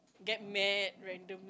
get mad random